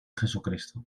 jesucristo